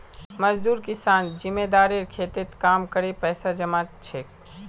मजदूर किसान जमींदारेर खेतत काम करे पैसा कमा छेक